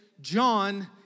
John